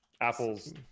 apple's